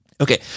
Okay